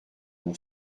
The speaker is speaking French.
mon